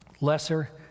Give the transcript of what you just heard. lesser